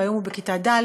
והיום הוא בכיתה ד',